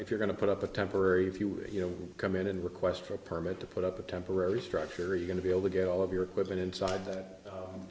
if you're going to put up a temporary if you will you know come in and request for a permit to put up a temporary structure are you going to be able to get all of your equipment inside